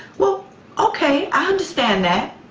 well okay, i understand that.